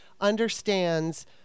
understands